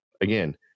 again